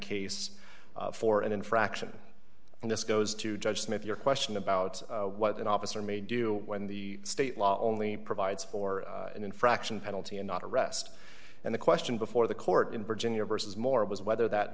case for an infraction and this goes to judge smith your question about what an officer may do when the state law only provides for an infraction penalty and not arrest and the question before the court in virginia versus more was whether that